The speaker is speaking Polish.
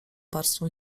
warstwą